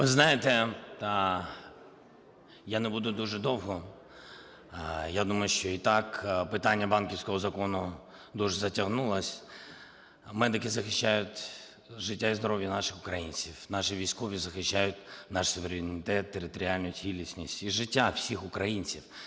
Ви знаєте, я не буду дуже довго, я думаю, що і так питання банківського закону дуже затягнулося. Медики захищають життя і здоров'я наших українців, наші військові захищають наш суверенітет, територіальну цілісність і життя всіх українців,